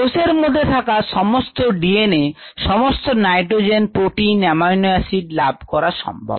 কোষের মধ্যে থাকা সমস্ত DNA সমস্ত নাইটোজেন প্রোটিন অ্যামাইনো এসিড লাভ করা সম্ভব